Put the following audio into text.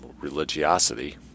religiosity